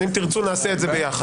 אם תרצו, נעשה את זה ביחד.